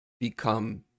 become